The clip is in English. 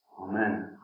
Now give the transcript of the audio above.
Amen